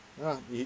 ah in